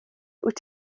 wyt